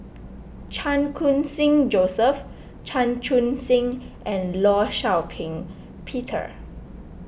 Chan Khun Sing Joseph Chan Chun Sing and Law Shau Ping Peter